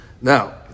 now